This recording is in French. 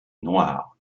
noir